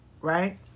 right